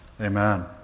amen